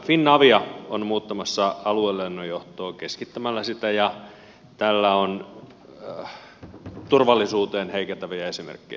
finavia on muuttamassa aluelennonjohtoa keskittämällä sitä ja tässä on turvallisuutta heikentäviä esimerkkejä